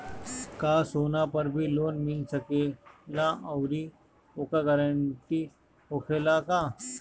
का सोना पर भी लोन मिल सकेला आउरी ओकर गारेंटी होखेला का?